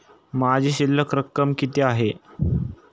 माझी शिल्लक रक्कम किती आहे?